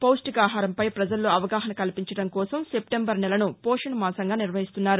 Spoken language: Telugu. పౌష్ణికాహారంపై ప్రజల్లో అవగాహన కల్పించడం కోసం సెప్టెంబర్ నెలను పోషణ్ మాసంగా నిర్వహిస్తున్నారు